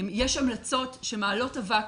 יש המלצות שמעלות אבק,